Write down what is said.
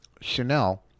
Chanel